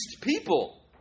people